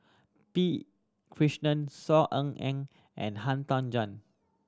P Krishnan Saw Ean Ang and Han Tan Juan